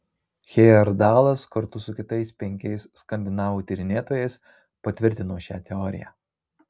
hejerdalas kartu su kitais penkiais skandinavų tyrinėtojais patvirtino šią teoriją